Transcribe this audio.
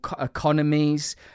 economies